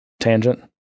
tangent